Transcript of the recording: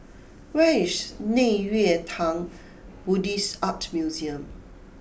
where is Nei Xue Tang Buddhist Art Museum